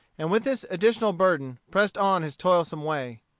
and with this additional burden pressed on his toilsome way.